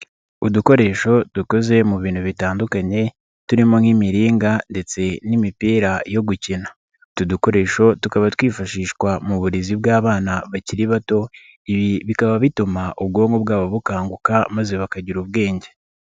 Udukoresho dukoze mu bintu bitandukanye turimo nk'imiringa ndetse n'imipira yo gukina, utu dukoresho tukaba twifashishwa mu burezi bw'abana bakiri bato, ibi bikaba bituma ubwonko bwabo bukanguka maze bakagira ubwenge.